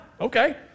okay